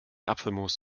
apfelmus